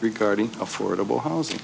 regarding affordable housing